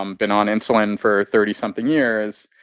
um been on insulin for thirty something years.